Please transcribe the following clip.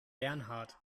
bernhard